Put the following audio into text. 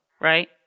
right